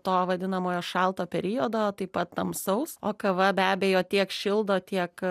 to vadinamojo šalto periodo taip pat tamsaus o kava be abejo tiek šildo tiek